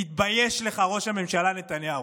תתבייש לך, ראש הממשלה נתניהו.